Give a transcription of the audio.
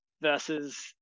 versus